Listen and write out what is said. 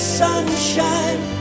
sunshine